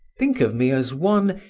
think of me as one,